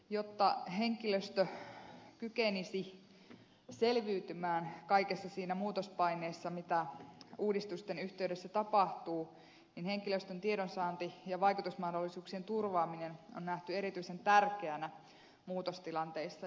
jotta henkilöstö kykenisi selviytymään kaikessa siinä muutospaineessa mitä uudistusten yhteydessä tapahtuu niin henkilöstön tiedonsaanti ja vaikutusmahdollisuuksien turvaaminen on nähty erityisen tärkeänä muutostilanteissa